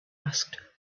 asked